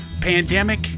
pandemic